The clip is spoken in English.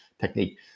technique